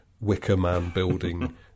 wicker-man-building